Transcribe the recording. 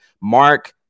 Mark